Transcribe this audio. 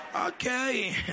Okay